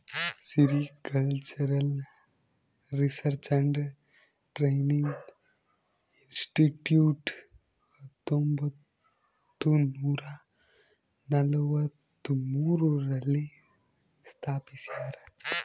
sericultural research and training institute ಹತ್ತೊಂಬತ್ತುನೂರ ನಲವತ್ಮೂರು ರಲ್ಲಿ ಸ್ಥಾಪಿಸ್ಯಾರ